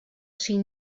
syn